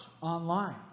online